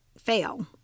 fail